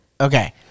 Okay